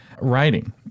writing